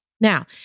Now